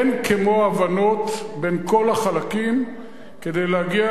אין כמו הבנות בין כל החלקים כדי להגיע